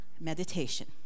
meditation